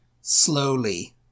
slowly